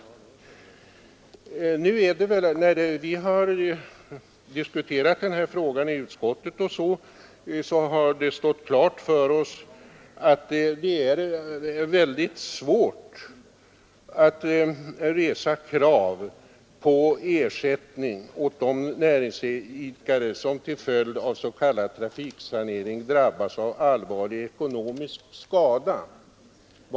När vi diskuterat denna fråga i utskottet har det stått klart för oss att det är mycket svårt att resa krav på ersättning åt de näringsidkare som till följd av s.k. trafiksanering drabbas av allvarlig ekonomisk skada.